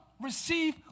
receive